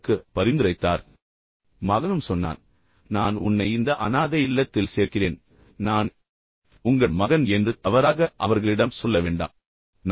பின்னர் அவர் மகனுக்கு பரிந்துரைத்தார் மகனும் சொன்னான் நான் உன்னை இந்த அனாதை இல்லத்தில் சேர்க்கிறேன் ஆனால் நான் உங்கள் மகன் என்று தவறாக அவர்களிடம் சொல்ல வேண்டாம்